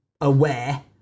aware